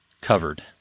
covered